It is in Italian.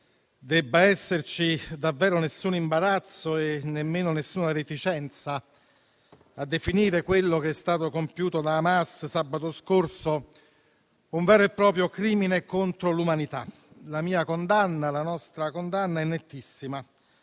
debba esserci davvero alcun imbarazzo e alcuna reticenza nel definire quello che è stato compiuto da Hamas sabato scorso come un vero e proprio crimine contro l'umanità. La mia condanna, la nostra condanna è nettissima.